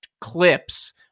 clips